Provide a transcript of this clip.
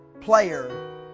player